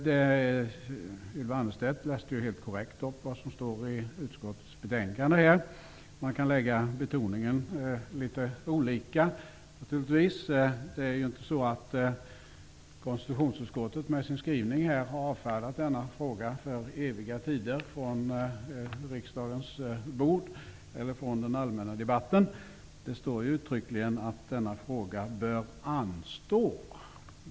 Ylva Annerstedt läste helt korrekt innehållet i utskottets betänkande. Man kan naturligtvis lägga betoningen litet olika. Konstitutionsutskottet har ju inte med sin skrivning för eviga tider avfärdat denna fråga från riksdagens bord eller från den allmänna debatten. Det står uttryckligen att denna fråga bör anstå.